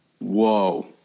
whoa